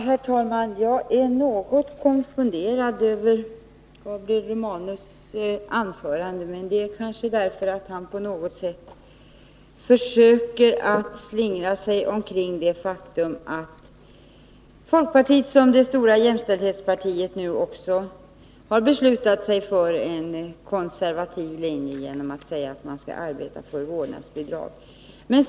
Herr talman! Jag är något konfunderad över Gabriel Romanus anförande. Han försöker slingra sig förbi det faktum att folkpartiet som det stora jämställdhetspartiet nu också har beslutat sig för en konservativ linje genom att säga att man skall arbeta för vårdnadsbidrag.